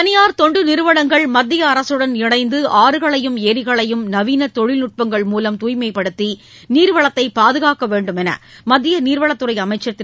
தனியார் தொண்டு நிறுவனங்கள் மத்திய அரசுடன் இணைந்து ஆறுகளையும் ஏரிகளையும் நவீன தொழில்நுட்பங்கள் மூலம் தூய்மைப்படுத்தி நீர்வளத்தை பாதுகாக்க வேண்டும் என்று மத்திய நீர்வளத்துறை அமைச்சர் திரு